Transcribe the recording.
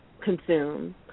Consume